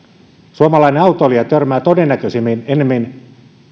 suomalainen autoilija törmää liikenteessä todennäköisemmin ennemmin